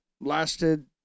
lasted